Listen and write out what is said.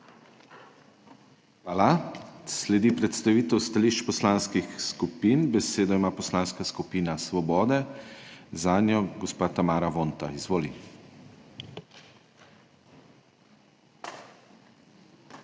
Hvala. Sledi predstavitev stališč poslanskih skupin. Besedo ima Poslanska skupina Svoboda, zanjo gospa Tamara Vonta. Izvoli.